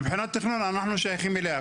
מבחינת תכנון אנחנו שייכים אליה.